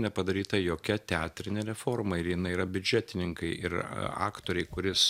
nepadaryta jokia teatrinė reforma ir jinai yra biudžetininkai ir aktoriui kuris